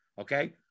okay